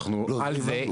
ואנחנו על זה.